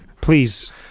Please